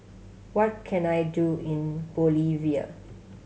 what can I do in Bolivia